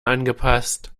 angepasst